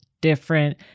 different